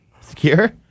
Secure